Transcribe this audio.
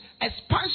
expansion